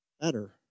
better